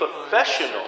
professional